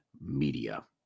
Media